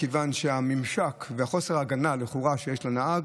כיוון שהממשק וחוסר ההגנה לכאורה לנהג